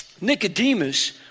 Nicodemus